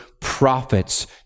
prophets